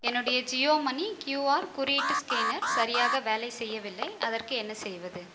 என்னோடைய Jio money QR குறியீட்டு scanner சரியாக வேலை செய்யவில்லை அதற்கு என்ன செய்வது